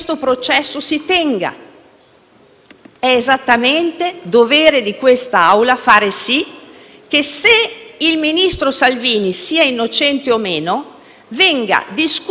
che se il ministro Salvini sia innocente o meno venga stabilito nella sede opportuna, che è quella del processo.